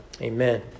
Amen